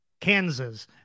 Kansas